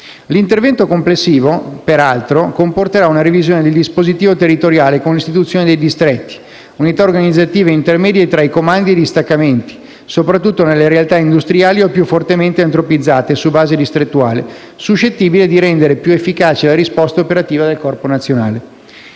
L'intervento complessivo, peraltro, comporterà una revisione del dispositivo territoriale con l'istituzione dei distretti - unità organizzative intermedie tra comandi e distaccamenti - soprattutto nelle realtà industriali o più fortemente antropizzate su base distrettuale, suscettibile di rendere più efficace la risposta operativa del Corpo nazionale.